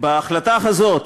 בהחלטה הזאת